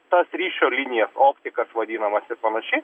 tas ryšio linijas optikas vadinamas ir panašiai